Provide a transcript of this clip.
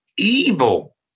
Evil